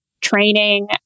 training